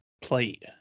plate